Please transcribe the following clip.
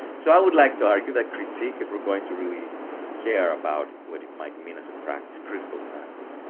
so i would like to argue that critique, if we're going to really care about what it might mean as a practice, critical practice,